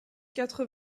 quatre